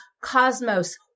cosmos